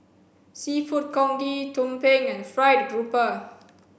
seafood congee tumpeng and fried grouper